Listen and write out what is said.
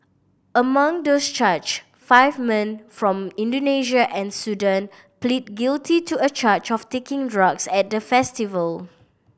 among those charged five men from Indonesia and Sudan pleaded guilty to a charge of taking drugs at the festival